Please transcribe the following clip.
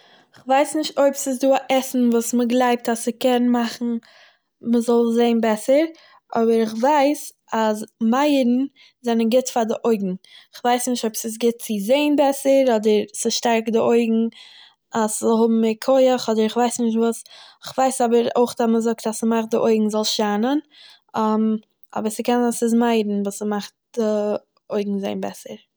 איך ווייס נישט אויב ס'איז דא א עסן וואס מ'גלייבט אז ס'קען מאכן מ'זאל ווערן בעסער, אבער איך ווייס אז מייערן זענען גוט פאר די אויגן, איך ווייס נישט אויב ס'איז גוט צו זעהן בעסער, אדער ס'שטארקט די אויגן אז ס'זאל האבן מער כח אדער איך ווייס נישט וואס, איך ווייס אבער אויך אז מ'זאגט אז ס'מאכט די אויגן זאל שיינען, - אבער ס'קען זיין ס'איז מייערן וואס ס'מאכט די אויגן זעהן בעסער.